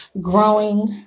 growing